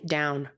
down